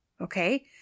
Okay